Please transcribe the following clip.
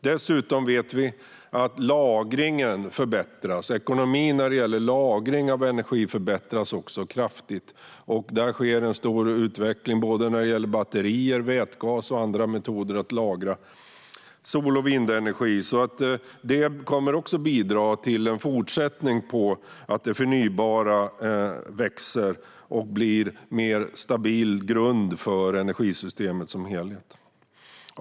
Dessutom vet vi att ekonomin vad gäller lagring av energi förbättras kraftigt. Där sker en omfattande utveckling när det gäller batterier, vätgas och andra metoder att lagra sol och vindenergi. Detta kommer också att bidra till en fortsättning, så att det förnybara växer och blir en mer stabil grund för energisystemet som helhet.